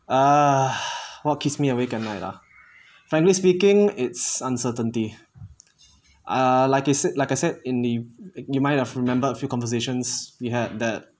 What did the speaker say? a'ah what keeps me awake at night ah frankly speaking it's uncertainty ah like I said like I said in the you might have remembered a few conversations we had that